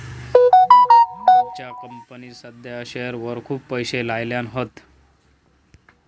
आमच्या कंपनीन साध्या शेअरवर खूप पैशे लायल्यान हत